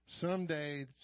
Someday